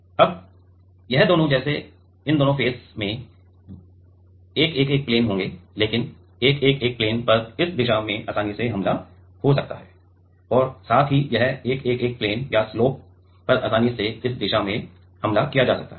अब यह दोनों जैसे इन दोनों फेस में 111 प्लेन होंगे लेकिन इस 111 प्लेन पर इस दिशा से आसानी से हमला हो सकता है और साथ ही यह 111 प्लेन या स्लोप पर आसानी से इस दिशा से हमला किया जा सकता है